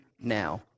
now